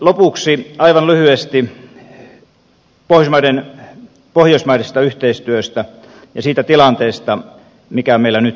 lopuksi aivan lyhyesti pohjoismaisesta yhteistyöstä ja siitä tilanteesta mikä meillä nyt siinä on